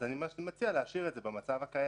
אני מציע להשאיר את זה במצב הקיים.